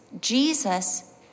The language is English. Jesus